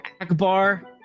akbar